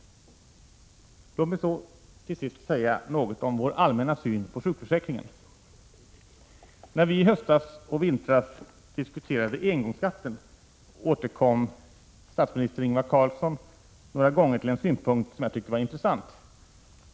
Låt mig så till sist säga något om vår allmänna syn på sjukförsäkringen. När vi i höstas och i vintras diskuterade engångsskatten, återkom statsminister Ingvar Carlsson några gånger till en synpunkt som jag tycker var intressant.